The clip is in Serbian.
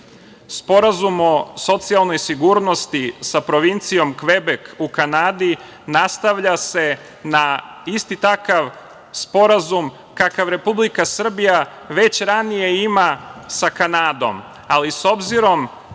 Kanadi. Sporazum o socijalnoj sigurnosti sa provincijom Kvebek u Kanadi nastavlja se na isti takav sporazum kakav Republika Srbija već ranije ima sa Kanadom, ali s obzirom